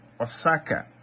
Osaka